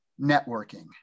networking